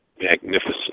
magnificent